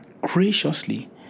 graciously